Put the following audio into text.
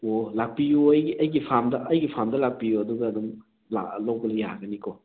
ꯑꯣ ꯂꯥꯛꯄꯤꯌꯨ ꯑꯩꯒꯤ ꯑꯩꯒꯤ ꯐꯥꯔꯝꯗ ꯑꯩꯒꯤ ꯐꯥꯔꯝꯗ ꯂꯥꯛꯄꯤꯌꯨ ꯑꯗꯨꯒ ꯑꯗꯨꯝ ꯂꯥꯛꯑ ꯂꯧꯕ ꯌꯥꯒꯅꯤꯀꯣ